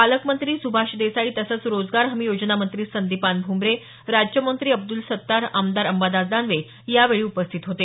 पालकमंत्री सुभाष देसाई तसंच रोजगार हमी योजना मंत्री संदिपान भ्मरे राज्यमंत्री अब्दुल सत्तार आमदार अंबादास दानवे आदी यावेळी उपस्थित होते